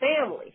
family